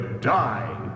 die